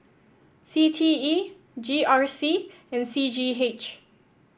C T E G R C and C G H